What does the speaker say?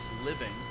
living